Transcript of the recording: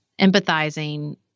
empathizing